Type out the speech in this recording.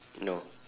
no